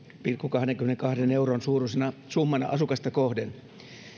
pilkku kahdenkymmenenkahden euron suuruisena summana asukasta kohden